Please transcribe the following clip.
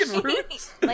roots